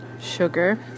Sugar